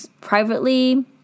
privately